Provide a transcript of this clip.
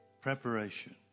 Preparation